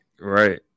Right